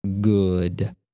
good